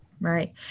Right